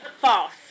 false